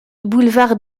boulevard